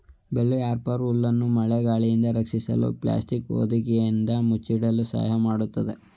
bale wrapper ಹುಲ್ಲನ್ನು ಮಳೆ ಗಾಳಿಯಿಂದ ರಕ್ಷಿಸಲು ಪ್ಲಾಸ್ಟಿಕ್ ಹೊದಿಕೆಯಿಂದ ಮುಚ್ಚಿಡಲು ಸಹಾಯ ಮಾಡತ್ತದೆ